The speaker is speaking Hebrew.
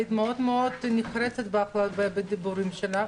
היית מאוד מאוד נחרצת בדיבורים שלך.